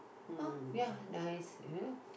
!huh! ya nice you know